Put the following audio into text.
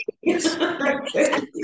Yes